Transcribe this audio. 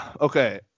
okay